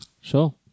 Sure